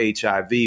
HIV